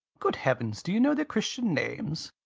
good heavens! do you know their christian names?